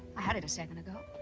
i had it a second ago.